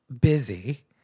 busy